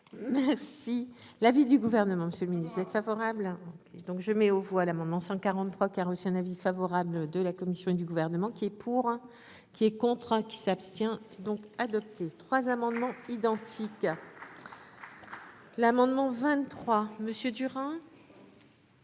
Merci l'avis du gouvernement, Monsieur le Ministre, vous êtes favorable donc, et donc je mets aux voix l'amendement 143 qui a reçu un avis favorable de la commission et du gouvernement qui est pour, qui est contrat qui s'abstient donc adopté 3 amendements identiques. L'amendement vingt-trois Monsieur Durand.